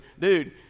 Dude